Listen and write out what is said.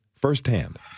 firsthand